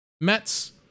Mets